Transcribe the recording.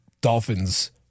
dolphins